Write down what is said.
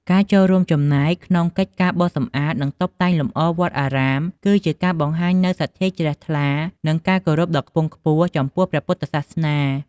ការចូលរួមចំណែកក្នុងកិច្ចការបោសសម្អាត និងតុបតែងលម្អវត្តអារាម គឺជាការបង្ហាញនូវសទ្ធាជ្រះថ្លា និងការគោរពដ៏ខ្ពង់ខ្ពស់ចំពោះព្រះពុទ្ធសាសនា។